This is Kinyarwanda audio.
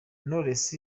knowless